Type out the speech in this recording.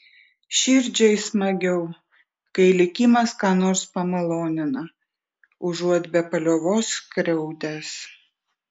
širdžiai smagiau kai likimas ką nors pamalonina užuot be paliovos skriaudęs